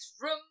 room